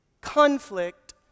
conflict